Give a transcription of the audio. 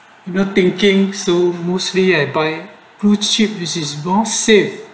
you know thinking so mostly I buy blue chip uses long save